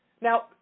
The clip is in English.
Now